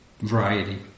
variety